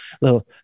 little